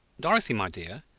dorothy, my dear,